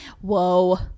whoa